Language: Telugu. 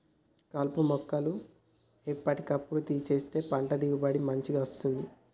కలుపు మొక్కలు ఎప్పటి కప్పుడు తీసేస్తేనే పంట దిగుబడి మంచిగ వస్తది